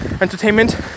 entertainment